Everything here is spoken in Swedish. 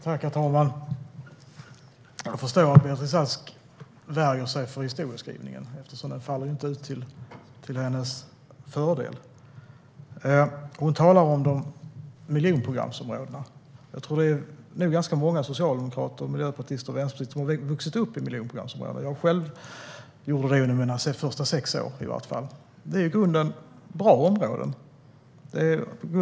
Herr talman! Jag förstår om Beatrice Ask värjer sig mot historieskrivningen. Den faller ju inte ut till hennes fördel. Hon talar om miljonprogramsområdena. Jag tror att det är ganska många socialdemokrater, miljöpartister och vänsterpartister som har vuxit upp i miljonprogramsområden. Jag gjorde det själv, i vart fall under mina första sex år. Det är i grunden bra områden.